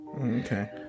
Okay